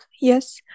Yes